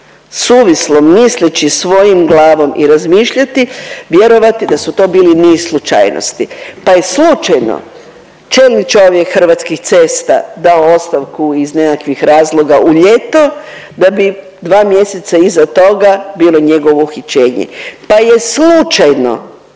suvislo misleći svojom glavom i razmišljati vjerovati da su to bili niz slučajnosti pa je slučajno čelni čovjek Hrvatskih cesta dao ostavku iz nekakvih razloga u ljeto da bi 2 mjeseca iza toga bilo njegovo uhićenje. Pa je slučajno